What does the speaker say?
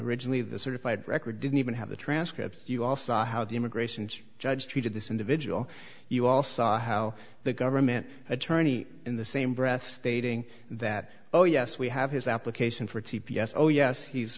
originally the sort of my record didn't even have the transcript you all saw how the immigration judge treated this individual you all saw how the government attorney in the same breath stating that oh yes we have his application for t p s oh yes he's